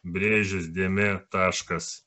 brėžis dėmė taškas